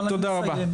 אבל אני אסיים,